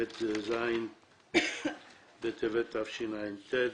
ט"ז בטבת תשע"ט,